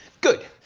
good!